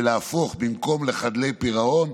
ובמקום לחדלי פירעון,